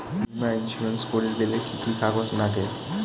বীমা ইন্সুরেন্স করির গেইলে কি কি কাগজ নাগে?